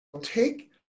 take